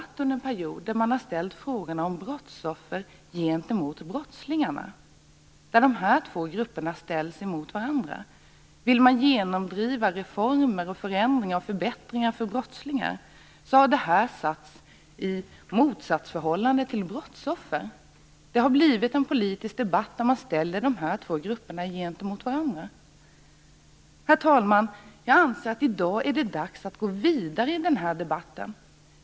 Vi har under en period haft en debatt där grupperna brottsoffer och brottslingar har ställts mot varandra. Om man velat genomdriva reformer, förändringar och förbättringar för brottslingar, har detta uppfattats som att det skulle stå i motsatsförhållande till brottsoffrens situation. Det har blivit en politisk debatt där dessa två grupper ställts mot varandra. Herr talman! Jag anser att det i dag är dags att gå vidare i denna debatt.